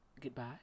Goodbye